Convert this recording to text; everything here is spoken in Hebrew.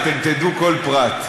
אתם פוגעים